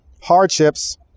hardships